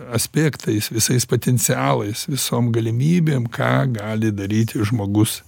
aspektais visais potencialais visom galimybėm ką gali daryti žmogus